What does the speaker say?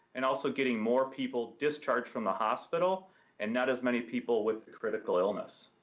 and also getting more people discharged from the hospital and not as many people with the critical illness.